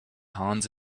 hands